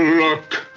look!